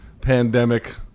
pandemic